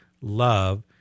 love